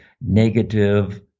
negative